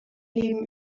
leben